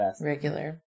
Regular